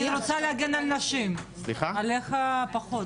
אני רוצה להגן על נשים, עליך פחות.